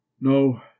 no